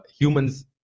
humans